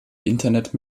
internet